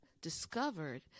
discovered